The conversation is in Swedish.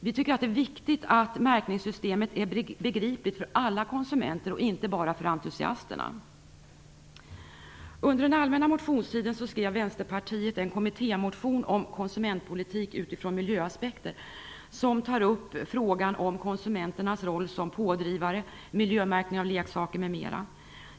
Vi tycker att det är viktigt att märkningssystemet är begripligt för alla konsumenter och inte bara för entusiasterna. Under den allmänna motionstiden skrev Vänsterpartiet en kommittémotion om konsumentpolitik utifrån miljöaspekter. Den tar upp frågan om konsumenternas roll som pådrivare, miljömärkning av leksaker m.m.